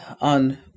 on